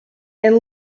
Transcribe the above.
and